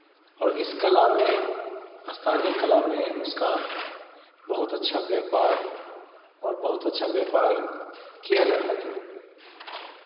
और इस कला में स्थानीय कला में उसका बहुत अच्छा व्यापार और बहुत अच्छा व्यापार किया जाता था